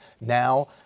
now